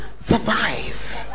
survive